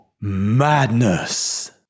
madness